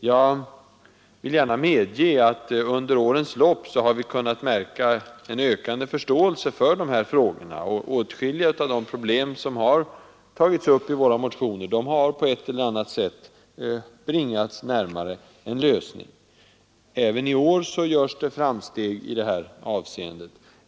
Jag vill gärna medge att vi under årens lopp har kunnat märka en ökande förståelse för dessa frågor, och åtskilliga av de problem som har tagits upp i våra motioner har på ett eller annat sätt bringats närmare en lösning. Även i år görs det framsteg i detta avseende.